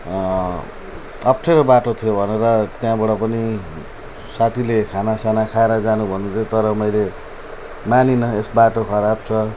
अप्ठ्यारो बाटो थियो भनेर त्यहाँबाट पनि साथीले खानासाना खाएर जानु भन्दैथ्यो तर मैले मानिनँ एज् बाटो खराब छ